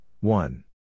One